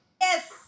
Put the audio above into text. Yes